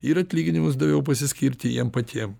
ir atlyginimus daviau pasiskirti jiem patiem